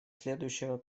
следующего